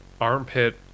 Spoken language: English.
armpit